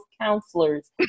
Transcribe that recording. counselors